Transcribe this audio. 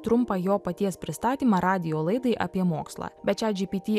trumpą jo paties pristatymą radijo laidai apie mokslą be chatgpt